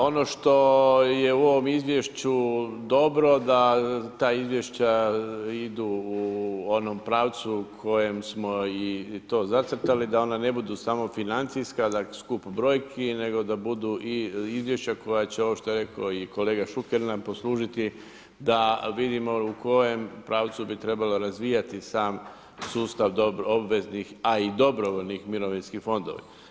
Ono što je u ovom izvješću dobro da ta izvješća idu u onom pravcu kojem smo i to zacrtali, da ona ne budu samo financijska, dakle skup brojki, nego da budu izvješća koja će, ovo što je rekao kolega Šuker, nam poslužiti da vidimo u kojem pravcu bi trebalo razvijati sam sustav obveznih, a i dobrovoljnih mirovinskih fondova.